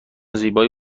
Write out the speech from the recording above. زیبایی